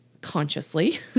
consciously